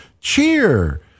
cheer